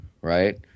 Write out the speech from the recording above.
right